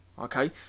okay